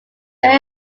very